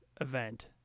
event